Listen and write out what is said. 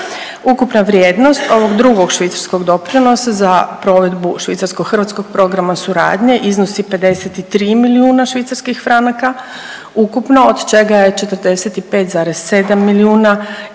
Ukupna vrijednost ovog Drugog švicarskog doprinosa za provedu švicarsko hrvatskog programa suradnje iznosi 53 milijuna švicarskih franaka ukupno od čega je 45,7 milijuna